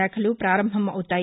శాఖలు ప్రారంభం అవుతాయి